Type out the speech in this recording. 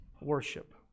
worship